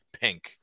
pink